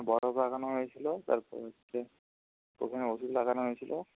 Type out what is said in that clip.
বরফ লাগানো হয়েছিল তারপর হচ্ছে ওখানে ওষুধ লাগানো হয়েছিল